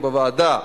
בבקשה.